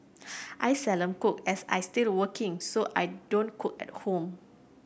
I cook as I still working so I don't cook at home